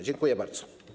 Dziękuję bardzo.